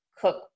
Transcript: cook